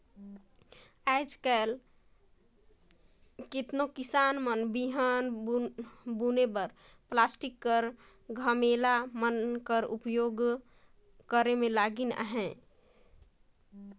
आएज काएल केतनो किसान मन बीहन बुने बर पलास्टिक कर धमेला मन कर उपियोग करे मे लगिन अहे